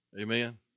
Amen